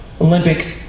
Olympic